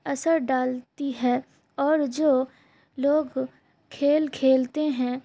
اثر ڈالتی ہے اور جو لوگ کھیل کھیلتے ہیں